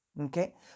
okay